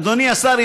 אדוני השר,